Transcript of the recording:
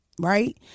right